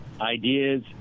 ideas